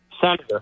senator